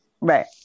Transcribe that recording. right